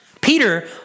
Peter